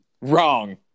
Wrong